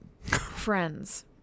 friends